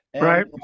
right